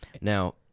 Now